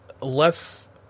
less